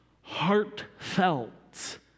heartfelt